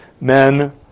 men